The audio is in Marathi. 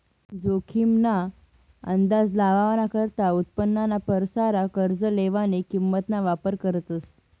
जोखीम ना अंदाज लावाना करता उत्पन्नाना परसार कर्ज लेवानी किंमत ना वापर करतस